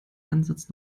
ansatz